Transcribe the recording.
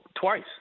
twice